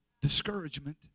Discouragement